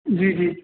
جی جی